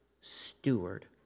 steward